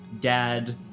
dad